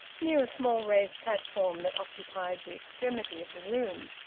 near a small raised platform that occupied the extremity of the room.